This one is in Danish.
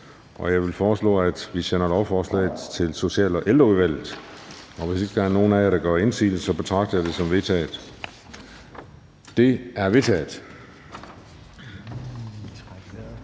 Jeg vil foreslå, at vi sender lovforslaget til Social- og Ældreudvalget. Hvis ingen gør indsigelse, betragter jeg det som vedtaget. Det er vedtaget.